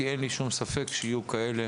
כי אין לי שום ספק שיהיו כאלה